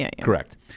Correct